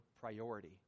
priority